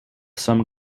some